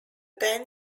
band